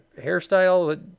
hairstyle